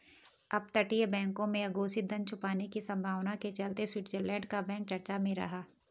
अपतटीय बैंकों में अघोषित धन छुपाने की संभावना के चलते स्विट्जरलैंड का बैंक चर्चा में रहा